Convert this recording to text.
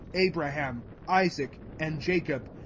abraham, isaac, and jacob,